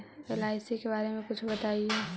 LIC के बारे मे कुछ बताई?